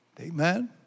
Amen